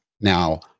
Now